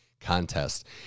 Contest